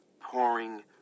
Pouring